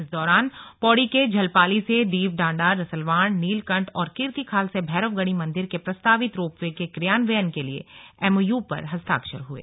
इस दौरान पौड़ी के झलपाली से दीव डांडा रसल्वाण नीलकंठ और कीर्तिखाल से भैरवगढ़ी मन्दिर के प्रस्तावित रोपवे के क्रियान्वयन के लिए एम ओ यू पर हस्ताक्षर हुए